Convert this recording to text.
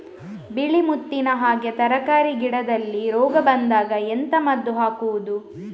ಬಿಳಿ ಮುತ್ತಿನ ಹಾಗೆ ತರ್ಕಾರಿ ಗಿಡದಲ್ಲಿ ರೋಗ ಬಂದಾಗ ಎಂತ ಮದ್ದು ಹಾಕುವುದು?